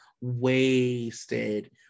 wasted